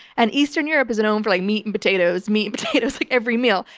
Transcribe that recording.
and eastern europe is known for like meat and potatoes, meat potatoes like every meal.